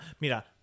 Mira